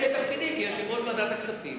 מתוקף תפקידי כיושב-ראש ועדת הכספים,